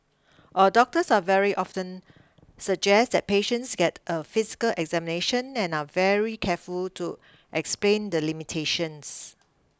our doctors are very often suggest that patients get a physical examination and are very careful to explain the limitations